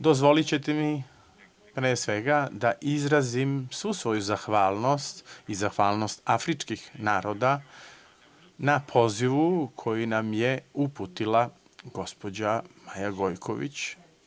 Dozvolićete mi pre svega da izrazim svu svoju zahvalnost i zahvalnost afričkih naroda na pozivu koji nam je uputila gospođa Maja Gojković.